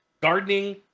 gardening